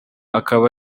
akaba